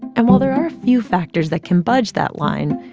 and while there are a few factors that can budge that line,